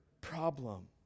problem